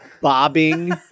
bobbing